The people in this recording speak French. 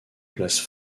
place